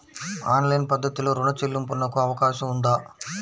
Online పద్ధతిలో రుణ చెల్లింపునకు అవకాశం ఉందా?